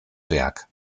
werk